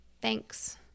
Thanks